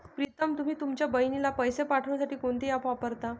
प्रीतम तुम्ही तुमच्या बहिणीला पैसे पाठवण्यासाठी कोणते ऍप वापरता?